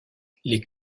les